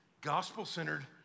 gospel-centered